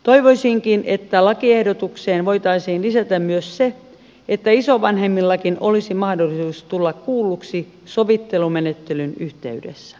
toivoisinkin että lakiehdotukseen voitaisiin lisätä myös se että isovanhemmillakin olisi mahdollisuus tulla kuulluksi sovittelumenettelyn yhteydessä